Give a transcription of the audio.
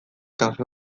kafe